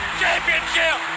championship